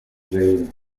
jane